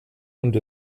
und